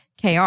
KR